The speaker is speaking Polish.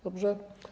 Dobrze?